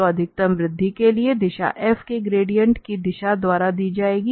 तो अधिकतम वृद्धि के लिए दिशा f के ग्रेडिएंट की दिशा द्वारा दी जाएगी